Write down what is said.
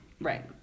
right